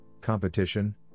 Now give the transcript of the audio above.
competition